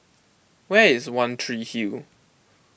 where is one Tree Hill